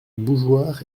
bougeoir